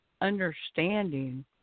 understanding